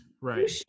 Right